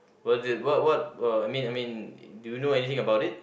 what they what what were I mean I mean do you know anything about it